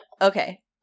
Okay